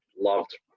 loved